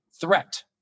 threat